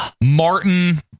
martin